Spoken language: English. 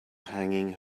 hanging